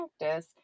practice